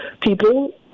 people